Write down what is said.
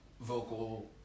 vocal